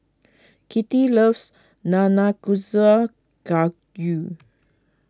Kitty loves Nanakusa Gayu